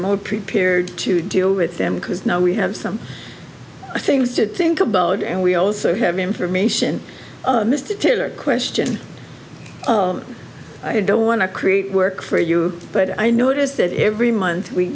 more prepared to deal with them because now we have some things to think about and we also have information mr pillar question i don't want to create work for you but i notice that every month we